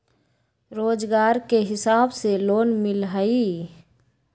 रोजगार के हिसाब से लोन मिलहई?